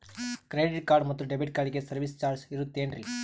Credit card ಮತ್ತು debit ಕಾರ್ಡಗಳಿಗೆ service charge ಇರುತೇನ್ರಿ?